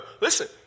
listen